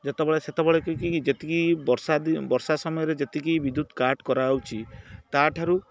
ଯେତେବେଳେ ସେତେବେଳେ କି ଯେତିକି ବର୍ଷା ବର୍ଷା ସମୟରେ ଯେତିକି ବିଦ୍ୟୁତ୍ କାଟ୍ କରାହେଉଛି ତା' ଠାରୁ